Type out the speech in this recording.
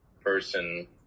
person